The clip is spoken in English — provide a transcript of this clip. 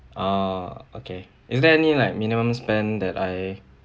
err okay is there any like minimum spend that I